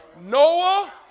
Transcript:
Noah